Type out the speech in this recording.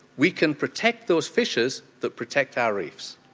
we can protect those fishes that protect our reefs.